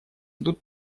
идут